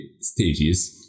stages